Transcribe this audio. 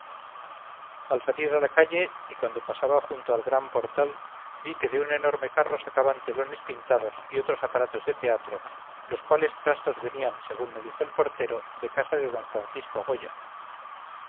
al salir a la calle y cuando pasaba junto al gran portal vi que de un enorme carro sacaban telones pintados y otros aparatos de teatro los cuales trastos venían según me dijo el portero de casa de d francisco goya